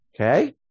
Okay